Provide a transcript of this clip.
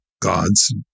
gods